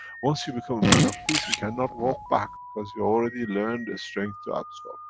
once you become a man of peace we can not walk back, because we already learned the strength to absorb.